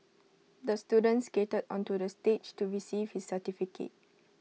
the student skated onto the stage to receive his certificate